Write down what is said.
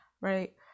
right